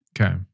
Okay